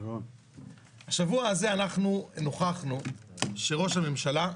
השבוע הזה אנחנו נוכחנו שראש הממשלה,